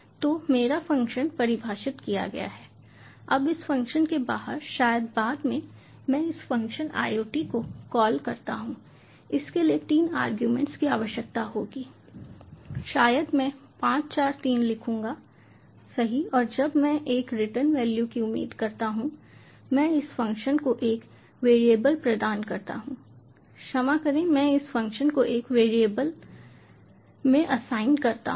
तो मेरा फ़ंक्शन परिभाषित किया गया है अब इस फ़ंक्शन के बाहर शायद बाद में मैं इस फ़ंक्शन IOT को कॉल करता हूं इसके लिए 3 आरगुमेंट्स की आवश्यकता होगी शायद मैं 5 4 3 लिखूंगा सही और जब मैं एक रिटर्न वैल्यू की उम्मीद करता हूं मैं इस फ़ंक्शन को एक वेरिएबल प्रदान करता हूं क्षमा करें मैं इस फ़ंक्शन को एक वेरिएबल में असाइन करता हूं